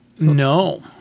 No